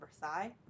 Versailles